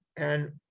and